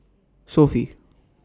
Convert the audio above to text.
Sofy